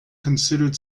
considered